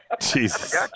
Jesus